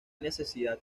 necesidad